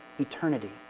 eternity